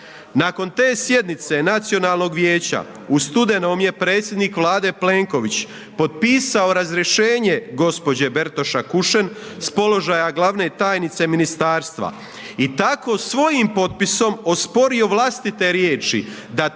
Nakon te sjednice Nacionalnog vijeća u studenom je predsjednik Vlade Plenković potpisao razrješenje gđe. Bertoša Kušen s položaja glavne tajnice ministarstva i tako svojim potpisom osporio vlastite riječi da